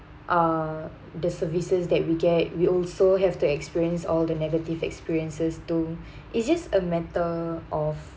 uh the services that we get we also have to experience all the negative experiences to it's just a matter of